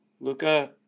Luca